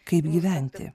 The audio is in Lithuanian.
kaip gyventi